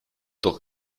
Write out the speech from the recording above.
doch